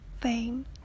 fame